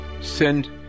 send